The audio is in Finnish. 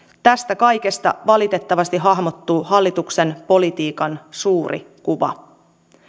tästä kaikesta valitettavasti hahmottuu hallituksen politiikan suuri kuva